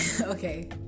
Okay